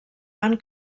van